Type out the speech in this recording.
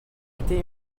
était